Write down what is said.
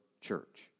church